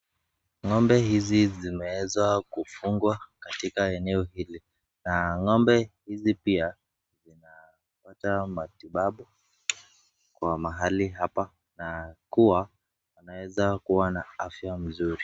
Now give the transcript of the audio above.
Ngombe hizi zimewezwa kufungwa katika eneo hili. Na ngombe hizi pia zinapata matibabu kwa mahali hapa na kuwa wanaweza kuwa na afya mzuri.